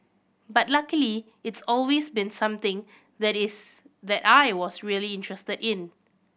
but luckily it's always been something that is that I was really interested in